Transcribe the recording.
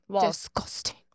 disgusting